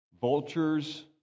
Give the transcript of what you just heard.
Vultures